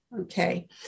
okay